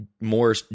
more